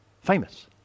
famous